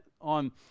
on